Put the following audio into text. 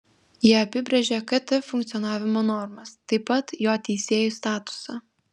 jie apibrėžia kt funkcionavimo normas taip pat jo teisėjų statusą